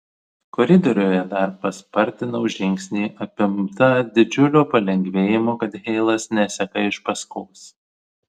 koridoriuje dar paspartinau žingsnį apimta didžiulio palengvėjimo kad heilas neseka iš paskos